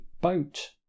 boat